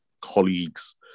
colleagues